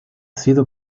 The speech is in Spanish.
sido